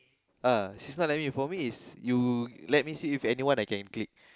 uh she's not like me for me is you let me see if anyone I can click